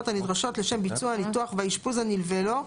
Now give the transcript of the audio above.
הנדרשות לשם ביצוע הניתוח והאשפוז הנלווה לו,